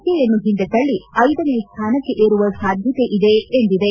ಕೆಯನ್ನು ಹಿಂದೆ ತಳ್ಳಿ ಐದನೇ ಸ್ಥಾನಕ್ಕೆ ಏರುವ ಸಾಧ್ಯತೆ ಇದೆ ಎಂದಿದೆ